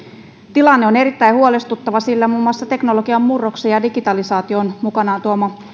tilanne on erittäin huolestuttava sillä muun muassa teknologian murroksen ja ja digitalisaation mukanaan tuoma